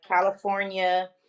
California